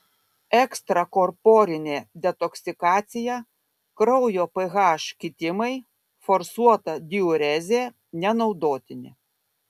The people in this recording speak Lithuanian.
ekstrakorporinė detoksikacija kraujo ph kitimai forsuota diurezė nenaudotini